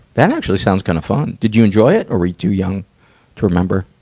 that actually sounds kind of fun. did you enjoy it, or were you too young to remember?